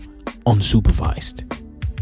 unsupervised